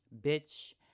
bitch